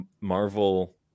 Marvel